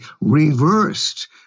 reversed